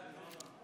סדרנים,